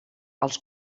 als